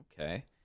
Okay